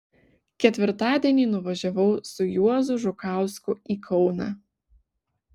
ketvirtadienį nuvažiavau su juozu žukausku į kauną